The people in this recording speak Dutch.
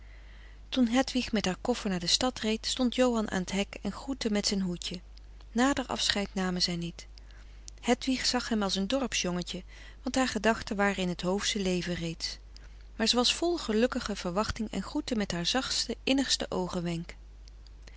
toen hedwig met haar koffer naar de stad reed stond johan aan t hek en groette met zijn hoedje nader afscheid namen zij niet hedwig zag hem als een dorpsjongetje want haar gedachten waren in het hoofsche leven reeds maar ze was vol gelukkige verfrederik van eeden van de koele meren des doods wachting en groette met haar zachtste innigste